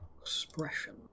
Expression